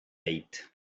date